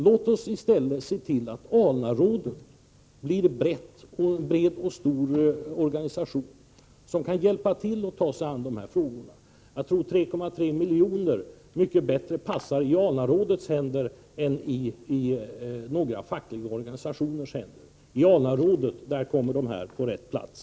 Låt oss se till att ALNA-rådet blir en bred och stor organisation, som kan hjälpa till med att ta sig an de här frågorna! Jag tror att de 3,3 miljonerna passar mycket bättre i ALNA-rådets händer än i några fackliga organisationers händer. I ALNA-rådet kommer de på rätt plats.